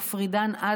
מפרידן,